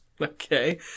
Okay